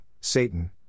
Satan